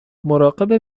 مراقب